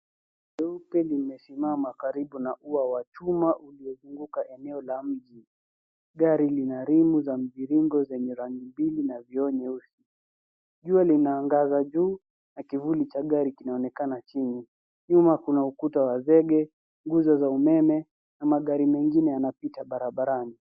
Gari limesimama karibu na ua wa chuma uliozunguka eneo la mji. Gari lina rimu za mviringo zenye rangi nyeupe na vioo nyeusi. Jua linaangaza juu na kivuli cha gari kinaonekana chini. Nyuma kuna ukuta wa zege, nguzo za umeme na magari mengine yanapita barabarani.